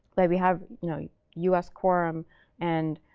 where we have you know us quorum and